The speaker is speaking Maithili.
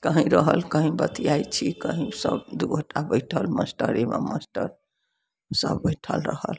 कहीॅं रहल कहीँ बतियाइ छी कहीँ सब दू गोटा बैठल मास्टरेमे मास्टर सब बैठल रहल